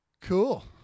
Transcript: Cool